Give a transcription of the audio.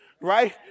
right